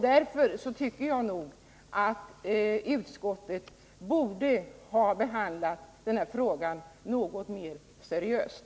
Därför tycker jag att utskottet borde ha behandlat den här frågan något mer seriöst.